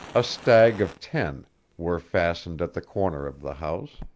a stag of ten were fastened at the corner of the house